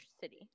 city